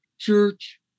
church